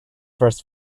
first